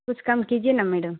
کچھ کم کیجیے نا میڈم